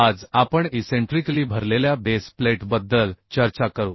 आज आपण इसेंट्रिकली भरलेल्या बेस प्लेटबद्दल चर्चा करू